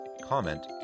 comment